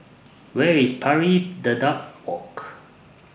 Where IS Pari Dedap Walk